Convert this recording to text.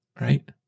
right